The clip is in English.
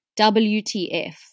WTF